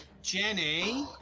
Jenny